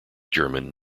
german